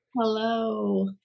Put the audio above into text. Hello